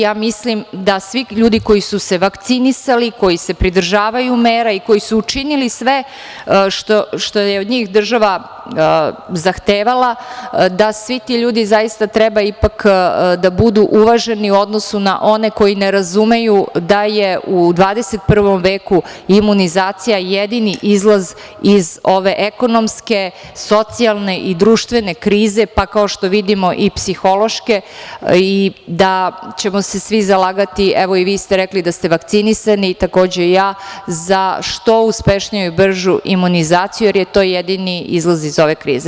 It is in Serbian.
Ja mislim da svi ljudi koji su se vakcinisali, koji se pridržavaju mera i koji su učinili sve što je od njih država zahtevala, da svi ti ljudi zaista treba ipak da budu uvaženi u odnosu na one koji ne razumeju da je u 21. veku imunizacija jedini izlaz iz ove ekonomske, socijalne i društvene krize, pa kao što vidimo i psihološke, da ćemo se svi zalagati, evo i vi ste rekli da ste vakcinisani, takođe i ja, za što uspešniju i bržu imunizaciju, jer je to jedini izlaz iz ove krize.